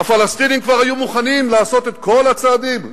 הפלסטינים כבר היו מוכנים לעשות את כל הצעדים,